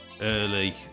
early